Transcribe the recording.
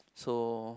so